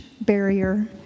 barrier